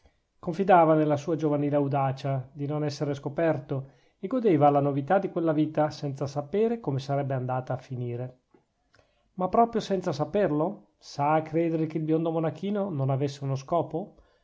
confidava nella sua giovanile audacia di non essere scoperto e godeva la novità di quella vita senza sapere come sarebbe andata a finire ma proprio senza saperlo s'ha a credere che il biondo monachino non avesse uno scopo